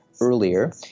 earlier